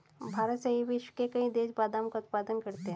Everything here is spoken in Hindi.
भारत सहित विश्व के कई देश बादाम का उत्पादन करते हैं